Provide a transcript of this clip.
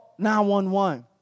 911